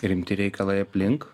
rimti reikalai aplink